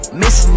miss